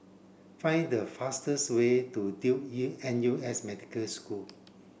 find the fastest way to Duke N U S Medical School